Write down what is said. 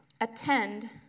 Attend